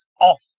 off